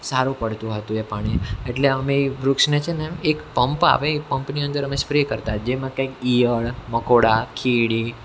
સારું પડતું હતું એ પાણી એટલે અમે એ વૃક્ષને છે ને પંપ આવે એ પંપની અંદર અમે સ્પ્રે કરતાં જેમાં કંઈક ઈયળ મકોડા કીડી